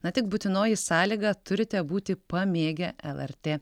na tik būtinoji sąlyga turite būti pamėgę lrt